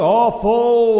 awful